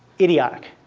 idiotic.